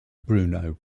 bruno